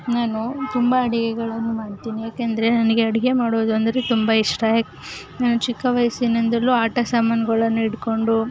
ನಾನು ತುಂಬ ಅಡುಗೆಗಳನ್ನು ಮಾಡ್ತೀನಿ ಯಾಕೆಂದರೆ ನನಗೆ ಅಡುಗೆ ಮಾಡುವುದೆಂದ್ರೆ ತುಂಬ ಇಷ್ಟ ಯಾಕೆ ನಾನು ಚಿಕ್ಕ ವಯಸ್ಸಿನಿಂದಲೂ ಆಟ ಸಾಮಾನುಗಳನ್ನು ಇಟ್ಕೊಂಡು